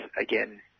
again